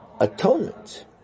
atonement